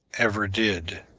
ever did.